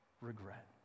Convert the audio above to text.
regret